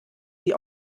sie